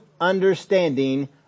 understanding